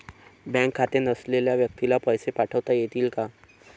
Bank खाते नसलेल्या व्यक्तीला पैसे पाठवता येतील का?